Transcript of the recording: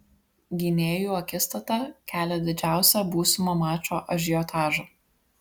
gynėjų akistata kelia didžiausią būsimo mačo ažiotažą